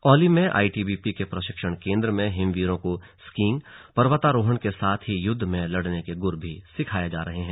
औली में आईटीबीपी के प्रशिक्षण केंद्र में हिमवीरों को स्कीइंग पर्वतारोहण के साथ ही युद्ध में लड़ने के गुर भी सिखाए जा रहे हैं